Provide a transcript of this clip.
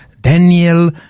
Daniel